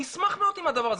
אני אשמח מאוד עם הדבר הזה,